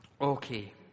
Okay